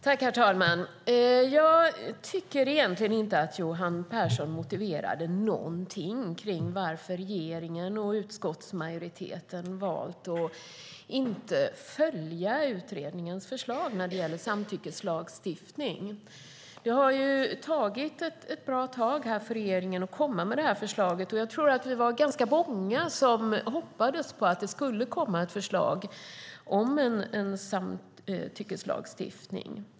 Herr talman! Jag tycker egentligen inte att Johan Pehrson motiverade någonting när det gäller varför regeringen och utskottsmajoriteten har valt att inte följa utredningens förslag när det gäller samtyckeslagstiftning. Det har tagit ett bra tag för regeringen att komma med det här förslaget, och jag tror att vi var ganska många som hoppades på att det skulle komma ett förslag om en samtyckeslagstiftning.